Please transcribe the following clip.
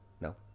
No